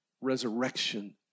Resurrection